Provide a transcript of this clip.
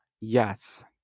Yes